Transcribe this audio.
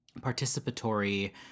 participatory